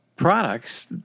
Products